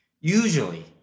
usually